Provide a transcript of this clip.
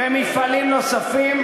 ומפעלים נוספים,